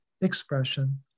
expression